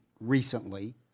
recently